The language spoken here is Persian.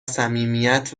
صمیمیت